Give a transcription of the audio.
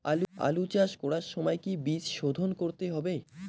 আলু চাষ করার সময় কি বীজ শোধন করতে হবে?